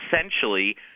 essentially